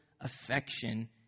affection